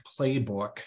playbook